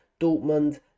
Dortmund